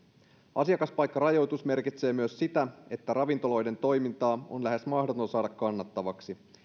asiakaspaikkarajoitus merkitsee myös sitä että ravintoloiden toimintaa on lähes mahdoton saada kannattavaksi